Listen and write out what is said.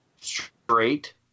straight